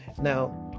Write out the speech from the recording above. Now